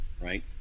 right